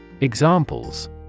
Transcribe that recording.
Examples